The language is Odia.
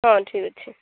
ହଁ ଠିକ୍ ଅଛି